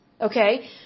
Okay